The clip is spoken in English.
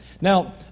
Now